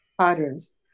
patterns